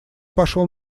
пошёл